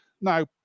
Now